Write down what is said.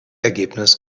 ergebnis